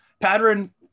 Pattern